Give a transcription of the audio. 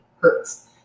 hurts